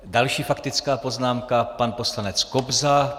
Další faktická poznámka pan poslanec Kobza.